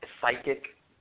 psychic